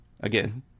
again